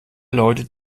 leute